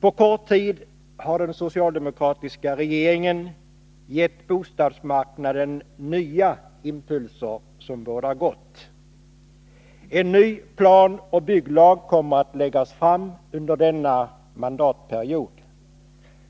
På kort tid har den socialdemokratiska regeringen gett bostadsmarknaden Nr 118 nya impulser, som bådar gott. En ny planoch bygglag kommer att läggas Onsdagen den fram under denna mandatperiod.